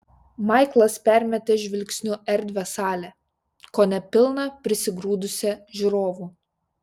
maiklas permetė žvilgsniu erdvią salę kone pilną prisigrūdusią žiūrovų